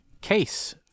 case